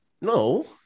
No